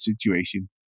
situation